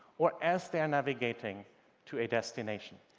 or as they're navigating to a destination.